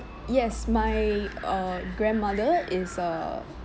yes my uh grandmother is uh